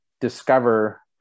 discover